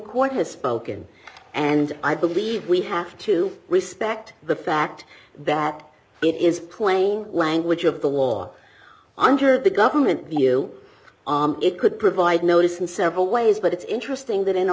court has spoken and i believe we have to respect the fact that it is plain language of the law under the government view it could provide notice in several ways but it's interesting that in a